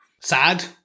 sad